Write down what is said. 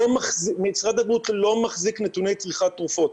משרד הבריאות לא מחזיק נתוני צריכת תרופות.